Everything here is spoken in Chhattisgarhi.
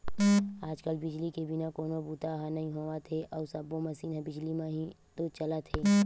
आज कल बिजली के बिना कोनो बूता ह नइ होवत हे अउ सब्बो मसीन ह बिजली म ही तो चलत हे